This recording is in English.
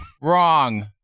wrong